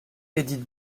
édith